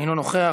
אינו נוכח,